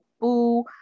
Boo